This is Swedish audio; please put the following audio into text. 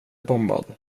bombad